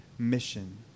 mission